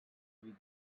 bull